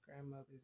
grandmother's